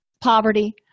poverty